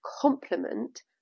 complement